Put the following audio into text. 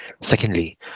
Secondly